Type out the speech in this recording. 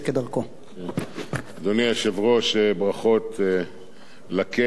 אדוני היושב-ראש, ברכות לכס, ברכות לבריאות טובה.